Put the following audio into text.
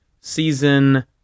season